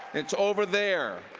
it's over there.